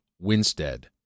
Winstead